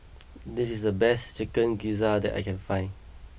this is the best Chicken Gizzard that I can find